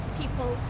people